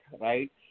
right